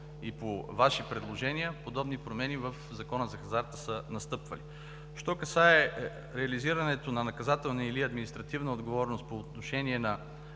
и по Ваши предложения, подобни промени в Закона за хазарта са настъпвали. Що се касае до реализирането на наказателна или административна отговорност по отношение на